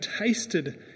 tasted